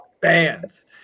bands